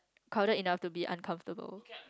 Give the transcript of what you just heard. crowded enough to be uncomfortable